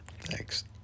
Thanks